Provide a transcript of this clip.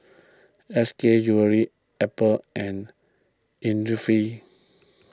S K Jewellery Apple and Innisfree